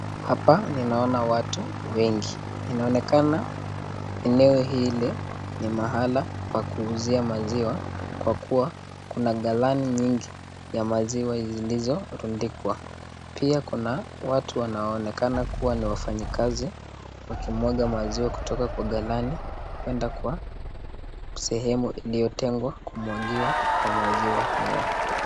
Hapa ninaona watu wengi. Inaonekana eneo hili ni mahala pa kuuzia maziwa kwa kuwa kuna galani nyingi ya maziwa zilizo tundikwa. Pia kuna watu wanaoonekana kuwa ni wafanyikazi wakimwaga maziwa kutoka kwa galani kwenda kwa sehemu iliyotengwa kumwagiwa kwa maziwa haya.